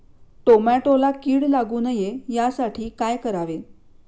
टोमॅटोला कीड लागू नये यासाठी काय करावे?